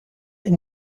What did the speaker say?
and